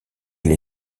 elle